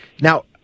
Now